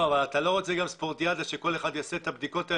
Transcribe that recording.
אתה לא רוצה ספורטיאדה שכל אחד יעשה את הבדיקות האלה